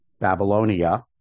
Babylonia